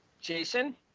Jason